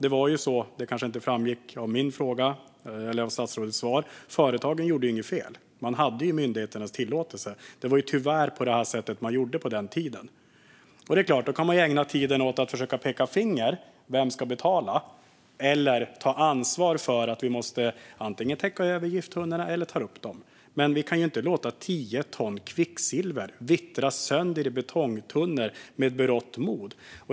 Även om det kanske inte framgick av min fråga eller av statsrådets svar gjorde ju företagen inget fel. Man hade myndigheternas tillåtelse. Det var tyvärr på det här sättet man gjorde på den tiden. Då kan man ägna tiden åt att försöka peka finger och fråga vem som ska betala, eller så kan man ta ansvar för att vi antingen måste täcka över gifttunnorna eller ta upp dem. Men vi kan inte med berått mod låta betongtunnor med tio ton kvicksilver vittra sönder.